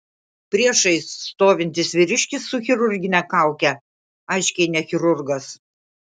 priešais stovintis vyriškis su chirurgine kauke aiškiai ne chirurgas